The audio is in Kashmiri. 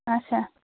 اچھا